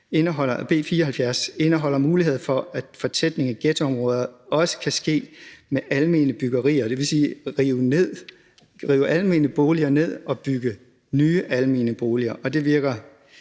B 74 indeholder muligheden for, at fortætning i ghettoer også kan ske med almene byggerier, dvs. at rive almene boliger ned og bygge nye almene boliger.